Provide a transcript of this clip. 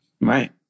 right